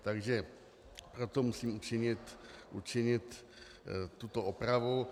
Takže proto musím učinit tuto opravu.